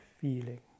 feeling